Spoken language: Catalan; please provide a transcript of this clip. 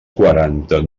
quaranta